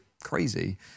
crazy